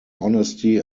honesty